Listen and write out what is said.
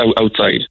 outside